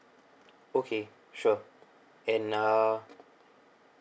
okay sure and uh